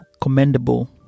commendable